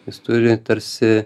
jis turi tarsi